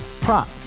prop